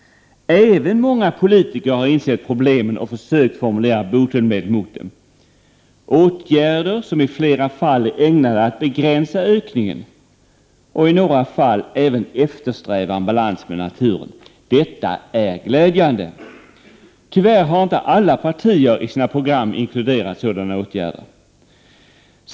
Även många politiker har insett problemen och försökt åstadkomma botemedel mot dem; man har formulerat åtgärder som i flera fall är ägnade att begränsa ökningen och som i några fall även eftersträvar en balans med naturen. Detta är glädjande. Tyvärr har inte alla partier i sina program inkluderat sådana åtgärder.